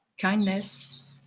Kindness